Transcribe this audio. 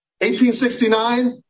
1869